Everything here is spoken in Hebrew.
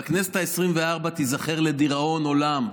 והכנסת העשרים-וארבע תיזכר לדיראון עולם,